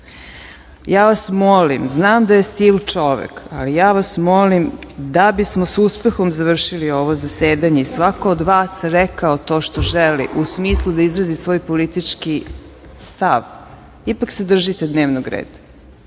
vas molim, znam da je stil čovek, ali ja vas molim da bismo sa uspehom završili ovo zasedanje i svako od vas rekao to što želi, u smislu da izrazi svoj politički stav, ipak se držite dnevnog reda